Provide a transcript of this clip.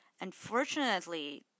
Unfortunately